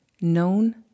known